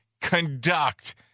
conduct